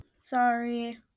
Sorry